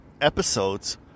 episodes